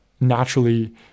naturally